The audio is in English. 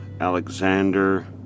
Alexander